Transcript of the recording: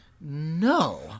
No